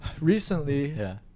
recently